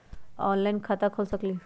Online खाता खोल सकलीह?